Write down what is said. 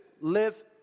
live